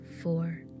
four